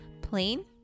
Plain